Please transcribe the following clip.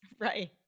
right